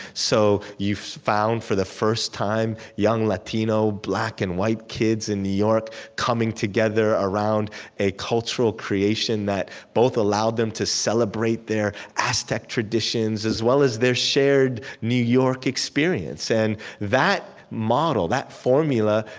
so you found for the first time young latino, black and white kids in new york coming together around a cultural creation that both allowed them to celebrate their aztec traditions as well as their shared new york experience. and that model, that formula,